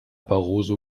barroso